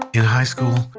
in high school,